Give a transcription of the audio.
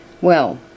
Well